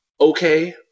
okay